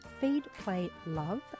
feedplaylove